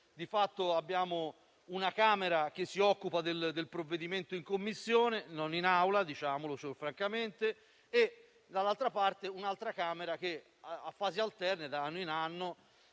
Di fatto, abbiamo una Camera che si occupa del provvedimento in Commissione (non in Aula, diciamocelo francamente) e un'altra Camera che, a fasi alterne, di anno in anno